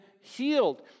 healed